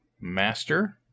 master